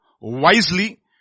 wisely